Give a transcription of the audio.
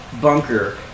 bunker